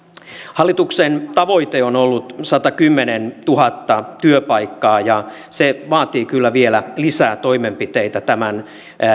hallituksen tavoite on ollut satakymmentätuhatta työpaikkaa ja se vaatii kyllä vielä lisää toimenpiteitä tämän